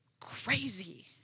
crazy